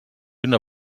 una